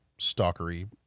stalkery